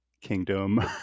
Kingdom